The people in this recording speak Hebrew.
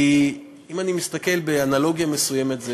כי אם אני מסתכל באנלוגיה מסוימת,